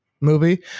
movie